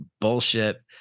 Bullshit